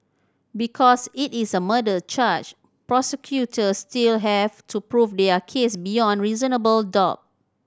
because it is a murder charge prosecutors still have to prove their case beyond reasonable doubt